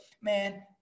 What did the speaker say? man